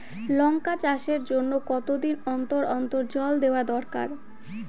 লঙ্কা চাষের জন্যে কতদিন অন্তর অন্তর জল দেওয়া দরকার?